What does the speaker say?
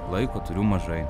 laiko turiu mažai